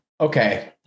okay